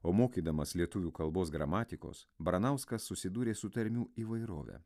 o mokydamas lietuvių kalbos gramatikos baranauskas susidūrė su tarmių įvairove